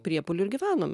priepuolių ir gyvenome